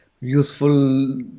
useful